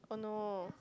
oh no